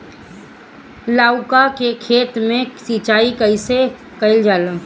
लउका के खेत मे सिचाई कईसे कइल जाला?